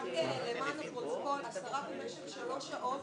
רק למען הפרוטוקול, השרה במשך שלוש שעות